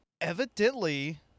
Evidently